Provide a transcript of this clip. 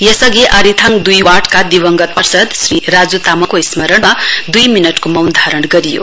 यसअघि आरिथाङ दुई वार्डका दिवंगत पार्षद राजू तामाङको स्मरणमा दुई मिनट मौन धारण गरियो